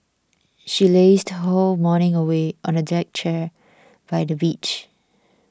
she lazed whole morning away on a deck chair by the beach